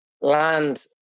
land